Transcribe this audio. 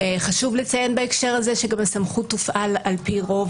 חשוב לציין בהקשר הזה שגם הסמכות תופעל על פי רוב